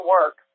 work